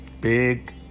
Big